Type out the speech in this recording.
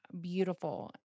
beautiful